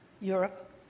Europe